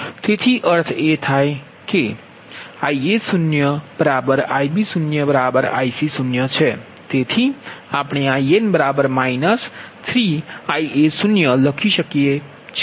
તેથી અર્થ એ થાય કે Ia0Ib0Ic0 છે તેથી આપણે In 3Ia0 લખી શકીએ આ સમીકરણ 31 છે